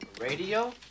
Radio